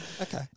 Okay